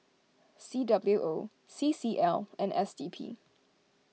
C W O C C L and S D P